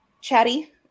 chatty